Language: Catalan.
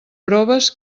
proves